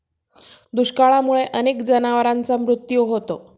दुष्काळामुळे अनेक जनावरांचा मृत्यू होतो